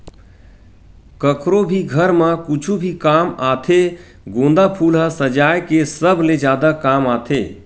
कखरो भी घर म कुछु भी काम आथे गोंदा फूल ह सजाय के सबले जादा काम आथे